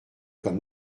comme